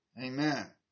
Amen